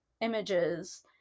images